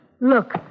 Look